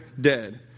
dead